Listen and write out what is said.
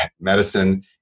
medicine